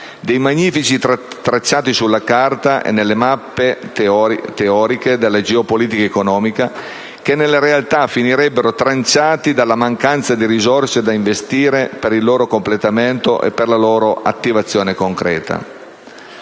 dei magnifici tracciati sulla carta e nelle mappe teoriche della geopolitica economica, che nella realtà finirebbero tranciati dalla mancanza di risorse da investire per il loro completamento e per la loro attivazione concreta.